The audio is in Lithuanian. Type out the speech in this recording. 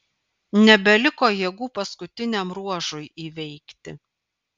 nebeliko jėgų paskutiniam ruožui įveikti